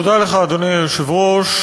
תודה לך, אדוני היושב-ראש.